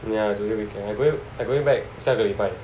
yeah today we can I going I going back seven twenty five